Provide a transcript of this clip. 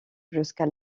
jusqu’à